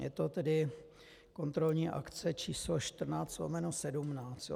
Je to tedy kontrolní akce č. 14/17.